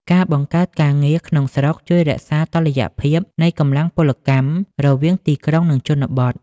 ការបង្កើតការងារក្នុងស្រុកជួយរក្សាតុល្យភាពនៃកម្លាំងពលកម្មរវាងទីក្រុង និងជនបទ។